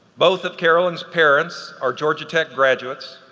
both of caroline's parents are georgia tech graduates.